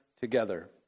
together